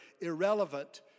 irrelevant